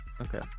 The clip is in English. Okay